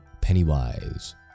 Pennywise